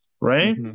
right